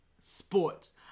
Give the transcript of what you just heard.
Sports